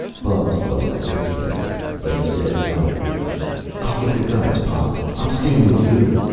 bubs' lower lip trembled. but he said valiantly i'll get the guns, pop, i'm stayin' with yuh.